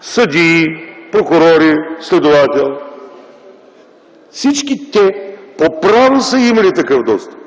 съдии, прокурори, следователи. Всички те по право са имали такъв достъп,